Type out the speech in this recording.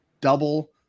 double